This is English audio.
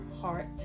Heart